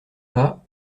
pas